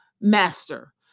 master